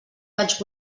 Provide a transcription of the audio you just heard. vaig